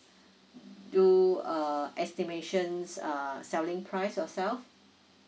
do uh estimations um selling price yourself